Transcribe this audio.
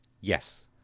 Yes